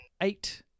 eight